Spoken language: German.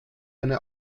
eine